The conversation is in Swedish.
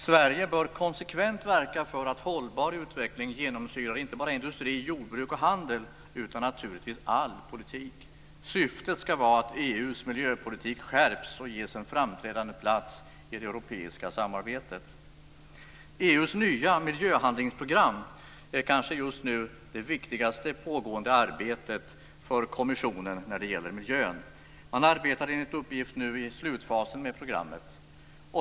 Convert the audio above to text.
Sverige bör konsekvent verka för att hållbar utveckling genomsyrar inte bara industri, jordbruk och handel utan naturligtvis all politik. Syftet ska vara att EU:s miljöpolitik skärps och ges en framträdande plats i det europeiska samarbetet. EU:s nya miljöhandlingsprogram är kanske just nu det viktigaste pågående arbetet för kommissionen när det gäller miljön. Man arbetar enligt uppgift nu i slutfasen med programmet.